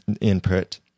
input